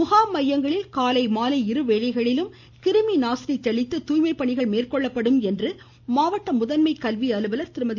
முகாம் மையங்களில் காலை மாலை இருவேளைகளிலும் கிருமி நாசினி தெளித்து துாய்மை பணிகள் மேற்கொள்ளப்படும் என்று மாவட்ட முதன்மை கல்வி அலுவலர் திருமதி